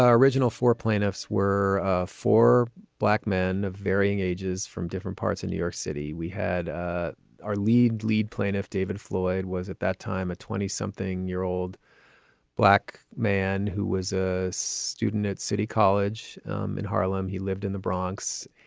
ah original four plaintiffs were four black men of varying ages from different parts. in new york city, we had ah our lead lead plaintiff, david floyd was at that time a twenty something year old black man who was a student at city college in harlem he lived in the bronx.